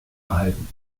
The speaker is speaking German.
erhalten